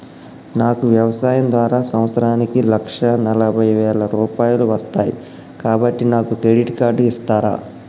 నాకు వ్యవసాయం ద్వారా సంవత్సరానికి లక్ష నలభై వేల రూపాయలు వస్తయ్, కాబట్టి నాకు క్రెడిట్ కార్డ్ ఇస్తరా?